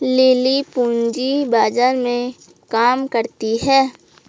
lily पूंजी बाजार में काम करती है